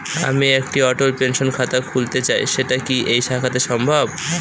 আমি একটি অটল পেনশন খাতা খুলতে চাই সেটা কি এই শাখাতে সম্ভব?